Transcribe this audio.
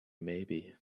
maybe